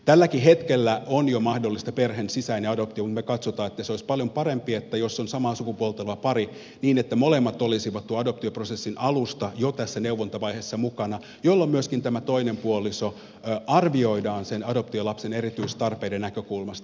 tälläkin hetkellä on jo mahdollista perheen sisäinen adoptio mutta me katsomme että olisi paljon parempi että jos on samaa sukupuolta oleva pari molemmat olisivat tuon adoptioprosessin alusta asti jo tässä neuvontavaiheessa mukana jolloin myöskin tämä toinen puoliso arvioidaan sen adoptiolapsen erityistarpeiden näkökulmasta